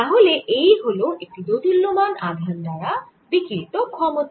তাহলে এই হল একটি দোদুল্যমান আধান দ্বারা বিকিরিত ক্ষমতা